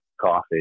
coffee